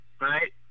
right